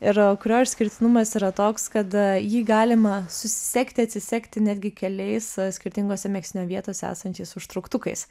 ir kurio išskirtinumas yra toks kad jį galima susisegti atsisegti netgi keliais skirtingose megztinio vietose esančiais užtrauktukais